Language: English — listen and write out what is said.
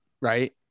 Right